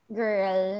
girl